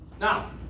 Now